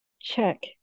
check